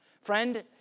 Friend